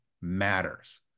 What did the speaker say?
matters